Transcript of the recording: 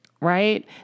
right